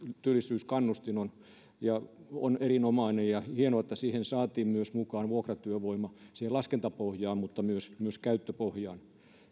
työllisyyskannustin on erinomainen ja hienoa että saatiin mukaan myös vuokratyövoima siihen laskentapohjaan ja myös käyttöpohjaan